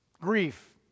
Grief